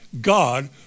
God